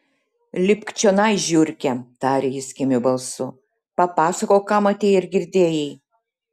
lipk čionai žiurke tarė jis kimiu balsu papasakok ką matei ir girdėjai